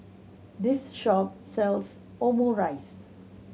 this shop sells Omurice